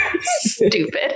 stupid